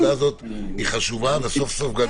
הנקודה הזאת היא חשובה וסוף סוף היא גם הגיעה.